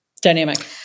dynamic